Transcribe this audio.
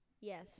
Yes